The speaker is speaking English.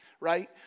right